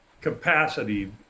capacity